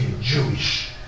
Jewish